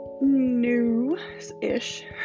new-ish